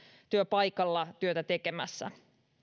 työpaikalla työtä tekemässä